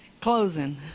closing